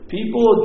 People